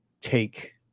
take